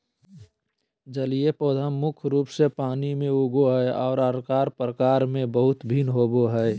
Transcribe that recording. जलीय पौधा मुख्य रूप से पानी में उगो हइ, और आकार प्रकार में बहुत भिन्न होबो हइ